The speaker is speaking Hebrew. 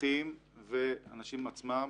אחים והאנשים עצמם.